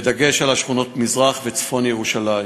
בדגש על שכונות מזרח וצפון ירושלים,